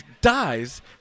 dies